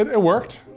it worked.